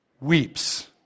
weeps